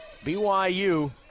BYU